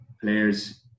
players